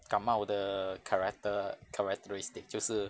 感冒的 character~ characteristic 就是